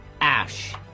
Ash